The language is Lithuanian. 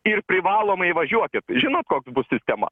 ir privalomai važiuokit žinot koks bus sistema